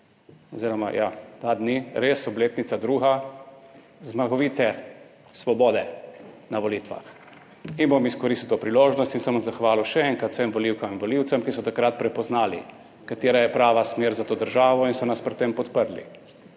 da bo čez dva dni res druga obletnica zmagovite Svobode na volitvah. In bom izkoristil to priložnost in se bom zahvalil še enkrat vsem volivkam in volivcem, ki so takrat prepoznali, katera je prava smer za to državo, in so nas pri tem podprli.